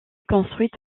construite